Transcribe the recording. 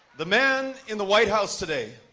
the man in the white house today,